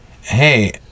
hey